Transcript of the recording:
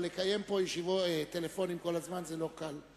אבל לקיים פה שיחות טלפון כל הזמן זה לא קל.